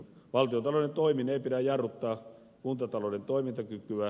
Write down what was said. valtiontalouden toimin ei pidä jarruttaa kuntatalouden toimintakykyä